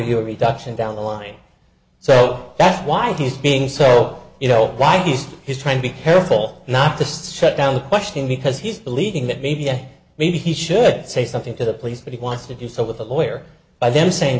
you a reduction down the line so that's why he's being so you know why he's he's trying to be careful not to step down question because he's believing that maybe yes maybe he should say something to the police but he wants to do so with a lawyer by them saying